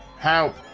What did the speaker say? how